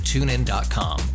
TuneIn.com